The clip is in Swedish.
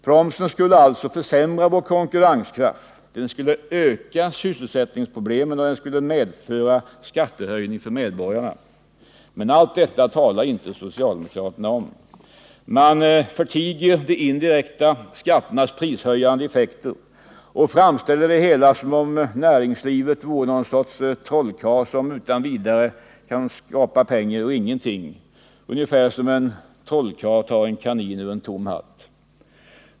Promsen skulle alltså försämra vår konkurrenskraft, öka sysselsättningsproblemen och medföra skattehöjning för medborgarna. Men allt detta talar socialdemokraterna inte om. Man förtiger de indirekta skatternas prishöjande effekter och framställer det hela som om näringslivet vore någon slags trollkarl, som utan vidare kan skapa pengar ur ingenting, ungefär som en trollkarl tar en kanin ur en tom hatt.